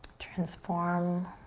transform